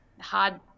hard